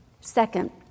Second